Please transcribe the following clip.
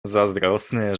zazdrosny